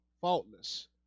faultless